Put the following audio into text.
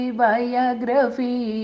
biography